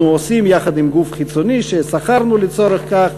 עושים יחד עם גוף חיצוני ששכרנו לצורך כך,